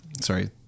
sorry